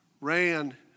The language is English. ran